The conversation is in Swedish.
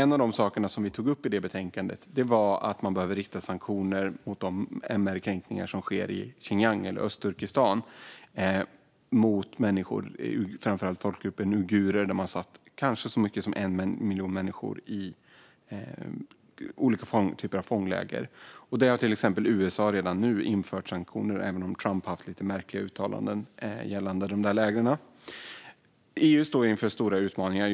Något som vi tog upp i betänkandet var att man behöver rikta sanktioner mot de MR-kränkningar som sker i Xinjiang - Östturkestan - mot framför allt folkgruppen uigurer. Man har satt kanske så många som 1 miljon människor i olika slags fångläger. Det har till exempel USA redan nu inför sanktioner emot, även om Trump har gjort lite märkliga uttalanden vad gäller lägren. EU står just nu inför stora utmaningar.